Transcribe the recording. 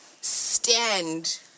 Stand